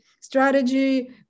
strategy